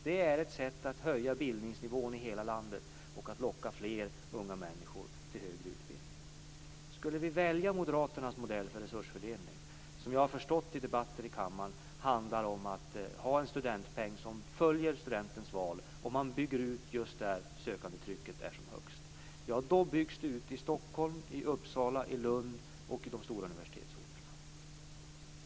Det är ett sätt att höja bildningsnivån i hela landet och att locka fler unga människor till högre utbildning. Skulle vi välja moderaternas modell för resursfördelning som, har jag förstått i debatter i kammaren, handlar om att ha en studentpeng som följer studentens val och bygga ut just där sökandetrycket är som störst, då byggs det ut i Stockholm, i Uppsala, i Lund och på de stora universitetsorterna.